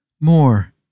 More